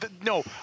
No